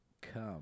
Come